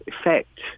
effect